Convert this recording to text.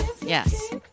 Yes